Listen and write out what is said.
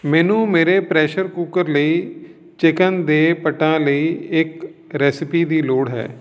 ਮੈਨੂੰ ਮੇਰੇ pressure cooker ਲਈ ਚਿਕਨ ਦੇ ਪੱਟਾਂ ਲਈ ਇੱਕ ਰੈਸਿਪੀ ਦੀ ਲੋੜ ਹੈ